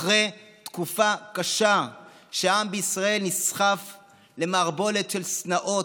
אחרי תקופה קשה שהעם בישראל נסחף למערבולת של שנאות,